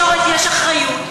לשר התקשורת יש האחריות,